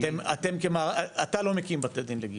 אתם כמערך, אתה לא מקים בתי דין לגיור?